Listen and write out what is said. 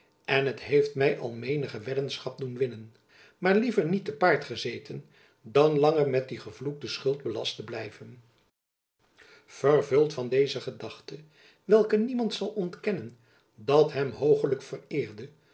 en het heeft my al menige weddenschap doen winnen maar liever niet te paard gezeten dan langer met die gevloekte schuld belast te blijven vervuld van deze gedachte welke niemand zal ontkennen dat hem hoogelijk vereerde